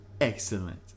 Excellent